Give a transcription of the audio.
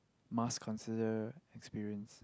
must consider experience